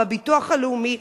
בביטוח הלאומי,